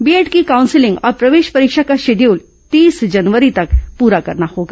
BEd के counselling और प्रवेश प्रक्रिया का शेड्यूल तीस जनवरी तक पूरा करना होगा